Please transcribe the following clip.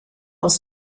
aus